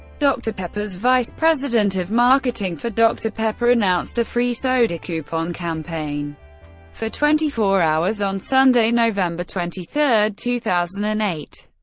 dr pepper's vice president of marketing for dr. pepper, announced a free soda coupon campaign for twenty four hours on sunday, november twenty three, two thousand and eight.